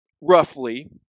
roughly